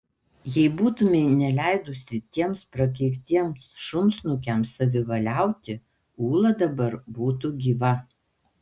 jei būtumei neleidusi tiems prakeiktiems šunsnukiams savivaliauti ūla dabar būtų gyva